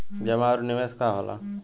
जमा और निवेश का होला?